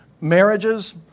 marriages